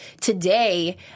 today